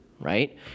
right